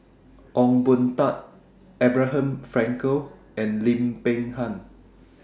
Ong Boon Tat Abraham Frankel and Lim Peng Han